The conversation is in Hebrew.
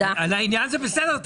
לעניין, זה בסדר.